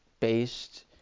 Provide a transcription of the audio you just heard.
Based